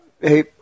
Hey